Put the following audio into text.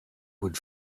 would